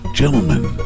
gentlemen